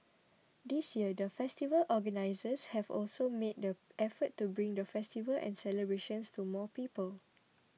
this year the festival organisers have also made the effort to bring the festival and celebrations to more people